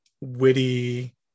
witty